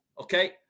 okay